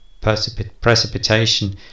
precipitation